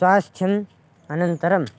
स्वास्थ्यम् अनन्तरं